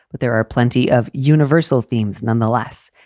but there are plenty of universal themes nonetheless.